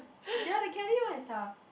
ya the cabin one is tough